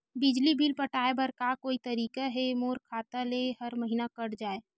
बिजली बिल पटाय बर का कोई तरीका हे मोर खाता ले हर महीना कट जाय?